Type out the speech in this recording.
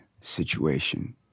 situation